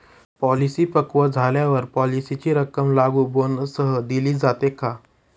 Policy पक्व झाल्यावर पॉलिसीची रक्कम लागू बोनससह दिली जाते का?